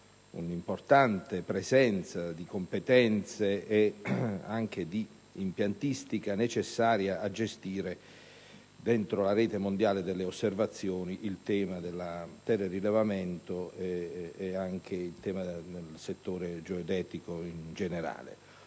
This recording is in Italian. un'importante presenza di competenze e di impiantistica, necessarie a gestire nella rete mondiale delle osservazioni il tema del telerilevamento e del settore geodetico in generale.